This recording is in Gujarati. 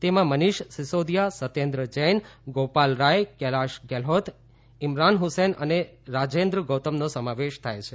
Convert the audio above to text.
તેમાં મનીષ સિસોદિયા સત્યેન્ જૈન ગોપાલ રાય કૈલાસ ગેહલોત મરાન હુસેન અને રાજેન્સ ગૌતમ નો સમાવેશ થાય છે